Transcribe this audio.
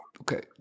Okay